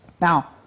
Now